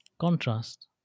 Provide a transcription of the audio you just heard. contrast